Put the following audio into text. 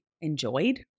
enjoyed